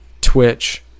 Twitch